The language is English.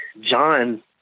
John